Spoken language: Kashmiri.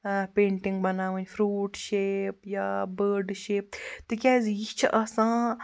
پیٚنٛٹِنٛگ بَناوٕنۍ فرٛوٗٹ شیپ یا بٲڈ شیپ تِکیٚازِ یہِ چھِ آسان